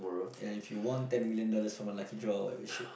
ya if you won ten million dollars from a lucky draw whatever shit